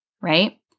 right